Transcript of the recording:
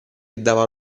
dava